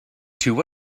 two